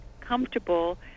comfortable